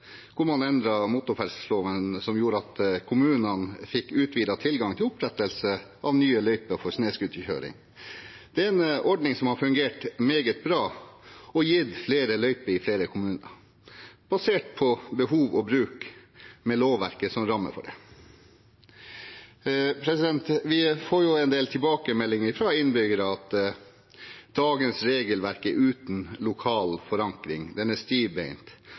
hvor man endret motorferdselloven, som gjorde at kommunene fikk utvidet tilgang til opprettelse av nye løyper for snøscooterkjøring. Det er en ordning som har fungert meget bra og gitt flere løyper i flere kommuner basert på behov for bruk, med lovverket som ramme for det. Vi får en del tilbakemeldinger fra innbyggere om at dagens regelverk er uten lokal forankring, det er stivbeint